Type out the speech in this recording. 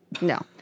No